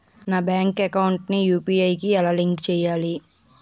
నా bank account ని UPI కి ఎలా లింక్ చేసుకోవాలి?